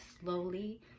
slowly